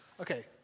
Okay